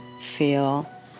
feel